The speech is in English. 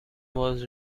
was